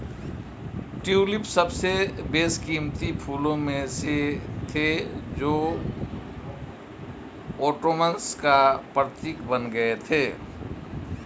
tulip सबसे बेशकीमती फूलों में से थे जो ओटोमन्स का प्रतीक बन गए थे